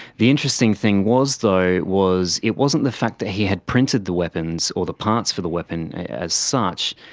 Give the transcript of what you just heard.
the interesting thing was though was it wasn't the fact that he had printed the weapons or the parts for the weapon as such,